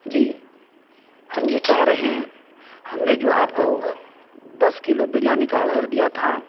جی ہم یہ چاہ رہے ہیں ہم نے جو آپ کو دس کلو بریانی کا آڈر دیا تھا